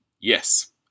Yes